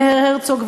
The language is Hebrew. אומר הרצוג,